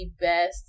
best